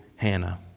Hannah